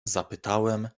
zapytałem